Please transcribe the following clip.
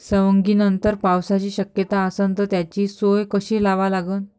सवंगनीनंतर पावसाची शक्यता असन त त्याची सोय कशी लावा लागन?